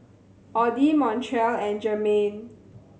Audy Montrell and Jermain